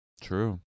True